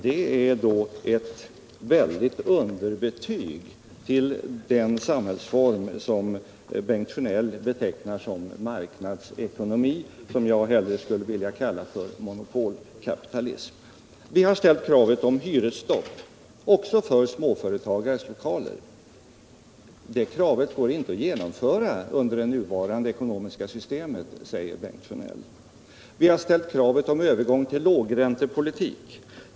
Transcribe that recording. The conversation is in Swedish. Det är ett underbetyg åt den samhällsform som Bengt Sjönell betecknar som marknadsekonomi. Jag skulle hellre vilja kalla den för monopolkapitalism. Vi har ställt kravet om hyresstopp också för småföretagares lokaler. Det går inte att genomföra i det nuvarande ekonomiska systemet, säger Bengt Sjönell. Vi har ställt kravet om övergång till lågräntepolitik.